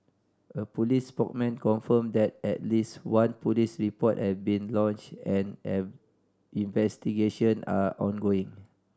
a police spokesman confirmed that at least one police report has been lodged and an investigation are ongoing